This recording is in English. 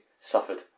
suffered